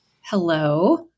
Hello